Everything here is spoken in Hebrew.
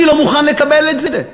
אני לא מוכן לקבל את זה.